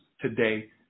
today